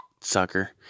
sucker